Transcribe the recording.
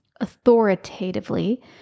authoritatively